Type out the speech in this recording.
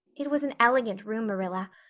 it was an elegant room, marilla,